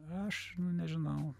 aš nežinau